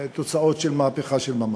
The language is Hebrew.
לתוצאות של מהפכה של ממש.